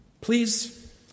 Please